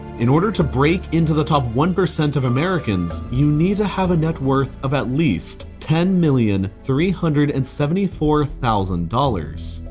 in order to break into the top one percent of americans, you need to have a net worth of at least ten million three hundred and seventy four thousand dollars,